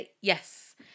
Yes